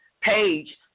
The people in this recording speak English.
page